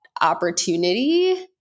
opportunity